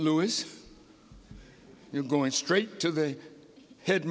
louis you're going straight to the head